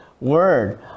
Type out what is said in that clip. word